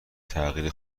تغییر